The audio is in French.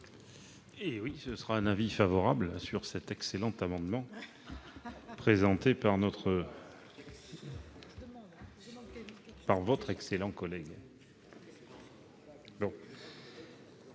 donc un avis favorable sur cet excellent amendement, présenté par votre excellent collègue